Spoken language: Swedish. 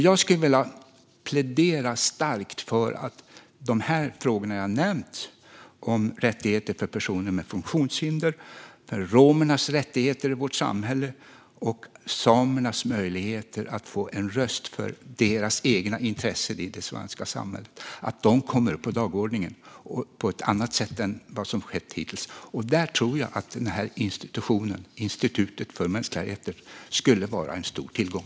Jag skulle vilja plädera starkt för att de frågor jag nämnt - rättigheter för personer med funktionshinder, romernas rättigheter i vårt samhälle och samernas möjlighet att få en röst för sina egna intressen i det svenska samhället - kommer upp på dagordningen på ett annat sätt än hittills. Där tror jag att det här institutet för mänskliga rättigheter skulle vara en stor tillgång.